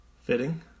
fitting